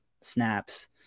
snaps